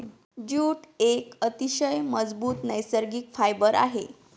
jute एक अतिशय मजबूत नैसर्गिक फायबर आहे